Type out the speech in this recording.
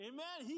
Amen